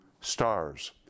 stars